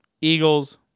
Eagles